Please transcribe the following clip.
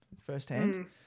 firsthand